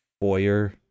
foyer